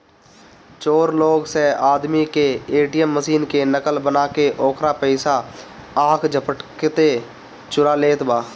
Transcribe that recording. चोर लोग स आदमी के ए.टी.एम मशीन के नकल बना के ओकर पइसा आख झपकते चुरा लेत बा